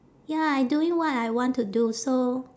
ya I doing what I want to do so